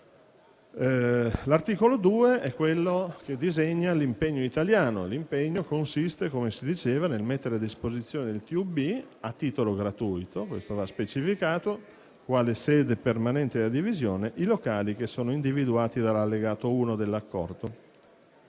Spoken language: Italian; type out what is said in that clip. L'articolo 2 disegna l'impegno italiano, che, come si diceva, consiste nel mettere a disposizione del TUB a titolo gratuito - questo va specificato - quale sede permanente della divisione i locali individuati dall'allegato 1 dell'Accordo.